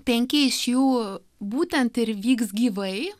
penki iš jų būtent ir vyks gyvai